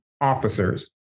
officers